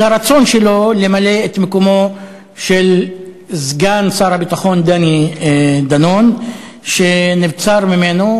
על הרצון שלו למלא את מקומו של סגן שר הביטחון דני דנון שנבצר ממנו,